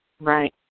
Right